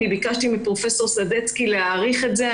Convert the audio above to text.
ביקשתי מפרופ' סדצקי להאריך את זה.